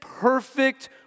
perfect